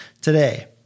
today